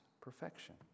perfection